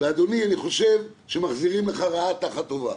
אדוני, אני חושב שמחזירים לך רעה תחת טובה.